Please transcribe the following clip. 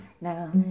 now